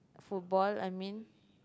football I mean